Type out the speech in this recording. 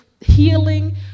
healing